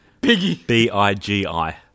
B-I-G-I